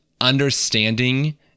understanding